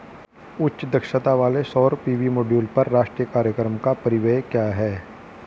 उच्च दक्षता वाले सौर पी.वी मॉड्यूल पर राष्ट्रीय कार्यक्रम का परिव्यय क्या है?